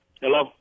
Hello